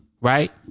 right